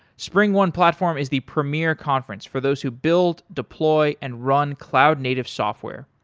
springone platform is the premier conference for those who build, deploy and run cloud native software.